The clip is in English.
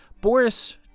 Boris